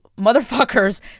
motherfuckers